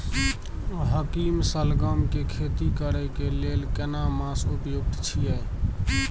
हाकीम सलगम के खेती करय के लेल केना मास उपयुक्त छियै?